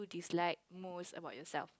dislike most about yourself